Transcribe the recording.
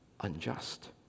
unjust